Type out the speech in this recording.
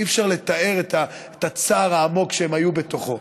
אי-אפשר לתאר את הצער העמוק שהם היו בתוכו,